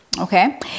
Okay